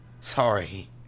sorry